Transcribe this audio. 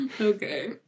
Okay